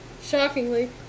Shockingly